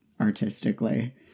artistically